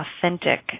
authentic